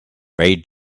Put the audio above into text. very